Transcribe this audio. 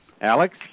Alex